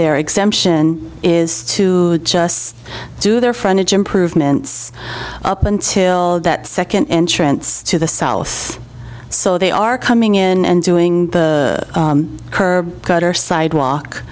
their exemption is to just do their frontage improvements up until that second entrance to the south so they are coming in and doing the curb cut or sidewalk